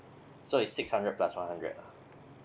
so it's six hundred plus one hundred ah